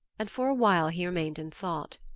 and for a while he remained in thought.